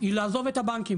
היא לעזוב את הבנקים